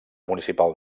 municipal